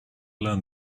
learn